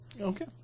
okay